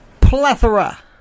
plethora